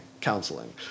counseling